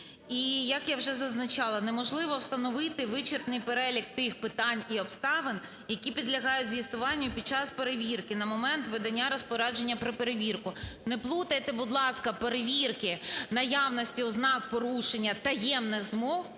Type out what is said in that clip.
І як я вже зазначала, неможливо встановити вичерпний перелік тих питань і обставин, які підлягають з'ясуванню під час перевірки на момент видання розпорядження про перевірку. Не плутайте, будь ласка, перевірки наявності ознак порушень таємних змов,